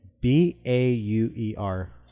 B-A-U-E-R